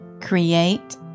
Create